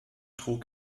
trug